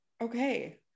okay